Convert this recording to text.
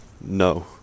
no